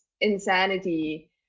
Insanity